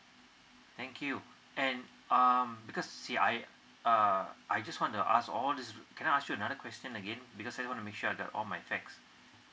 thank you and um because you see I uh I just wanna ask all this um can I ask you another question again because I wanna make sure that i got all my facts